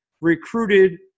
recruited